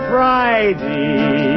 Friday